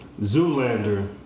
Zoolander